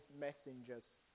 messengers